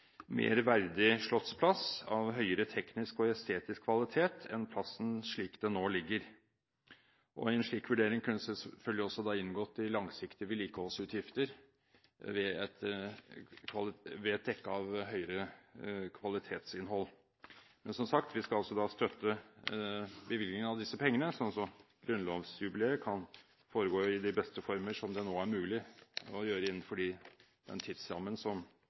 mer verdig slottsplass av høyere teknisk og estetisk kvalitet enn plassen slik den nå ligger. I en slik vurdering kunne selvfølgelig også de langsiktige vedlikeholdsutgifter ved et dekke av høyere kvalitetsinnhold ha inngått. Men som sagt: Vi skal altså støtte bevilgningen av disse pengene, så grunnlovsjubileet kan foregå i de beste former som det nå er mulig å skape, innenfor den tidsrammen